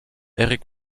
eric